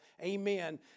Amen